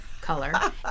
color